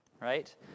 right